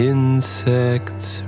Insects